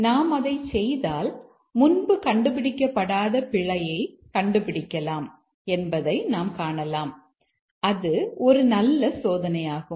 நாம் அதைச் செய்தால் முன்பு கண்டுபிடிக்கப்படாத பிழையை கண்டுபிடிக்கலாம் என்பதை நாம் காணலாம்' அது ஒரு நல்ல சோதனையாகும்